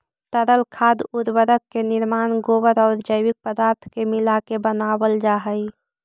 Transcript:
तरल खाद उर्वरक के निर्माण गोबर औउर जैविक पदार्थ के मिलाके बनावल जा हई